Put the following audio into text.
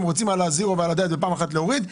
אתם רוצים את הזירו ואת הדיאט בפעם אחת להוריד.